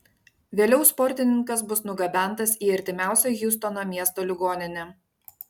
vėliau sportininkas bus nugabentas į artimiausią hjustono miesto ligoninę